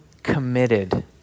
committed